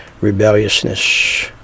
Rebelliousness